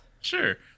sure